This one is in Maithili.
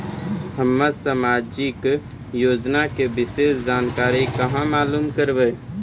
हम्मे समाजिक योजना के विशेष जानकारी कहाँ मालूम करबै?